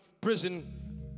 prison